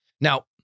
Now